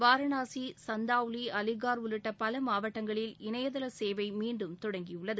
வாரணாசி சந்தாவுலி அலிகார் உள்ளிட்ட பல மாவட்டங்களில் இணைய தள சேவை மீண்டும் தொடங்கியுள்ளது